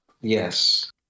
Yes